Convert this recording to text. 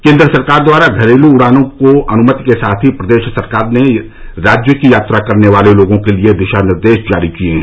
केंद्र सरकार द्वारा घरेलू उड़ानों को अनुमति के साथ ही प्रदेश सरकार ने राज्य की यात्रा करने वाले लोगों के लिए दिशा निर्देश जारी किए हैं